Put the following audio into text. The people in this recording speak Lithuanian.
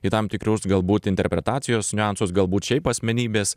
į tam tikrus galbūt interpretacijos niuansus galbūt šiaip asmenybės